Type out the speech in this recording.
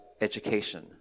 education